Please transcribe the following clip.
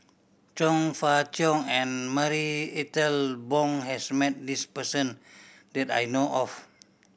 Chong Fah Cheong and Marie Ethel Bong has met this person that I know of